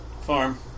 farm